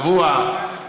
אירוע קבוע,